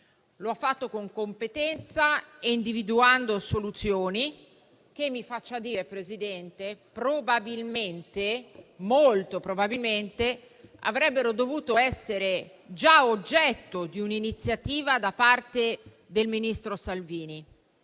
lo ha fatto con competenza e individuando soluzioni che - me lo faccia dire, signor Presidente - probabilmente, molto probabilmente, avrebbero già dovuto essere oggetto di un'iniziativa da parte del ministro Salvini.